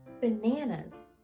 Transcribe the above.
Bananas